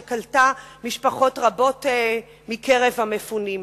שקלטה משפחות רבות מקרב המפונים.